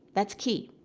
that's key.